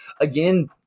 again